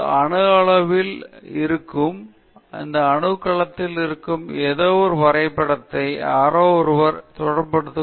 இது அணு அளவில் ஒரு விளக்கம் ஒரு அணுக் கலத்தில் இருக்கும் ஏதோவொரு வரைபடத்தை யாரோ ஒருவர் தொடர்புபடுத்தக்கூடிய ஒரு மிகச் சிறந்த வழி